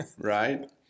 Right